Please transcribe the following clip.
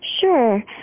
Sure